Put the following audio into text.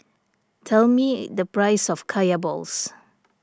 tell me the price of Kaya Balls